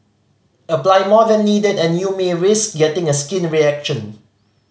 apply more than needed and you may risk getting a skin reaction